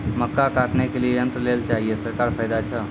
मक्का काटने के लिए यंत्र लेल चाहिए सरकारी फायदा छ?